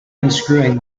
unscrewing